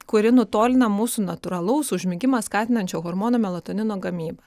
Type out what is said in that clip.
kuri nutolina mūsų natūralaus užmigimą skatinančio hormono melatonino gamybą